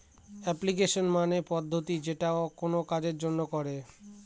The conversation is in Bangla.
অ্যাপ্লিকেশন মানে হল পদ্ধতি যেটা কোনো কাজের জন্য করে